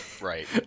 Right